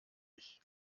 ich